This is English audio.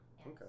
Okay